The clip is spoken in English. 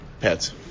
Pets